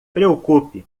preocupe